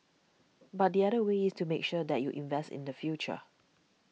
but the other way is to make sure that you invest in the future